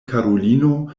karulino